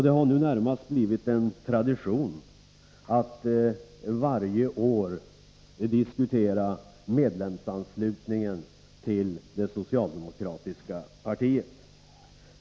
Det har närmast blivit en tradition att varje år diskutera medlemsanslutningen till det socialdemokratiska partiet.